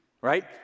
right